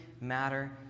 matter